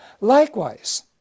Likewise